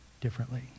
differently